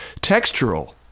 textural